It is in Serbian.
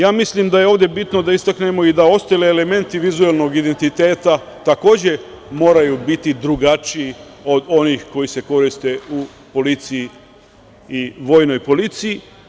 Ja mislim da je ovde bitno da istaknemo i da ostali elementi vizuelnog identiteta takođe moraju biti drugačiji od onih koji se koriste u policiji, vojnoj policiji.